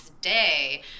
day